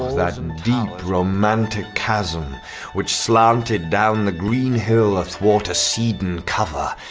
that deep romantic chasm which slanteddown the green hill athwart a cedarn cover!